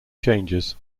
changes